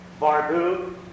Barbu